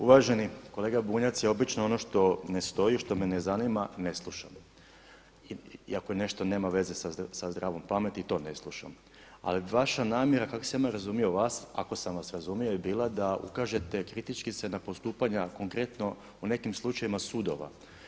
Uvaženi kolega Bunjac, ja obično ono što ne stoji, što me ne zanima, ne slušam i ako nešto nema veze sa zdravom pameti i to ne slušam, ali vaša namjera kako sam ja razumio vas, ako sam vas razumio, je bila da ukažete kritički na postupanja konkretno u nekim slučajevima sudova.